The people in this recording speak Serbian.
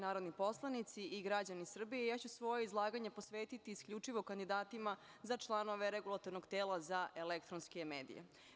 Uvažene kolege narodni poslanici i građani Srbije, ja ću svoje izlaganje posvetiti isključivo kandidatima za članove Regulatornog tela za elektronske medije.